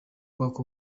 kwaka